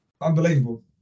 Unbelievable